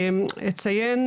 אציין,